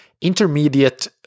intermediate